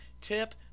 tip